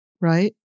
right